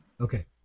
Okay